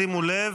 שימו לב,